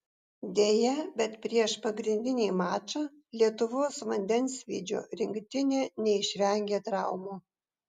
deja bet prieš pagrindinį mačą lietuvos vandensvydžio rinktinė neišvengė traumų